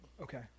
Okay